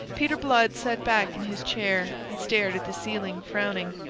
peter blood sat back in his chair and stared at the ceiling, frowning.